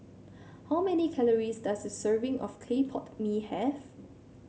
how many calories does a serving of Clay Pot Mee have